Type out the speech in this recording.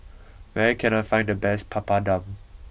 where can I find the best Papadum